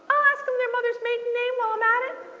i'll ask them their mother's maiden name while i'm at it.